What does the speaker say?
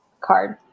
card